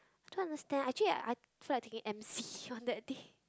don't understand actually I I so I'm taking M_C on that day